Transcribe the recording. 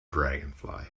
dragonfly